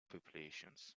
populations